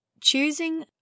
choosing